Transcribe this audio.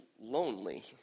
lonely